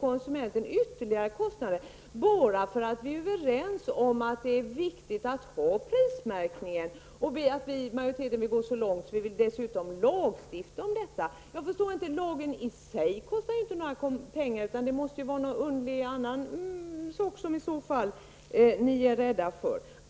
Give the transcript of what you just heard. konsumenten att drabbas av ytterligare kostnader bara därför att vi är överens om att det är viktigt med prismärkning? Majoriteten vill gå så långt som att t.o.m. lagstifta om detta. Lagen i sig kostar ju inga pengar, utan det måste vara andra saker som ni är rädda för.